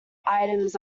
items